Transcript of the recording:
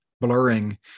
blurring